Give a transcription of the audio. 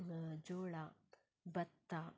ಜೋಳ ಭತ್ತ